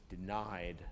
denied